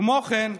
כמו כן,